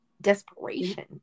desperation